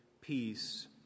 peace